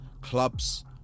clubs